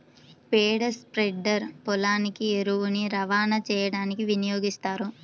పేడ స్ప్రెడర్ పొలానికి ఎరువుని రవాణా చేయడానికి వినియోగిస్తారు